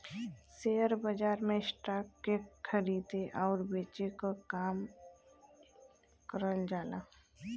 share बाजार में stock के खरीदे आउर बेचे क काम करल जाला